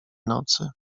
nocy